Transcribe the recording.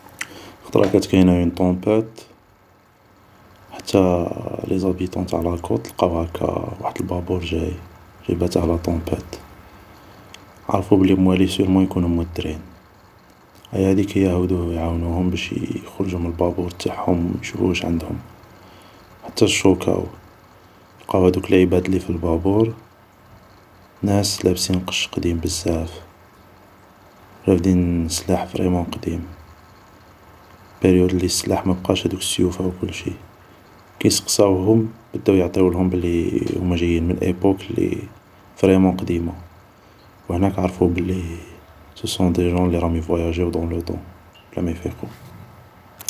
خطرا كانت كاينة اون طومبات، حتى لي زابيتون تاع لا كوط لقاو هاكا واحد البابور جاي, جايباته لا طومبات, عارفو بلي ماليه سيرمون يكونو مودرين ، ايا هاديك هيا ، هودو يعاونوهم باش يخرجو من البابور تاعهم و يشوفو واش عندهم ، حتى شوكاو ، لقاو هادوك العيباد اللي في البابور ، ناس لابسين قش قديم بزاف ، رافدين سلاح فريمون قديم ، باريود لي سلاح مابقاش هدوك سيوفا و كلشي ، كي سقساوهم، بداو يعطيولهم بلي هوما ، جايين من ايبوك فريمون قديمة ، و هناك عرفو بلي سو سون دي جون لي راهم يفواياجيو دون لو طون بلا ما يفيقو